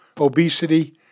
obesity